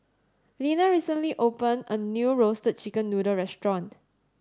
Linna recently opened a new Roasted Chicken Noodle restaurant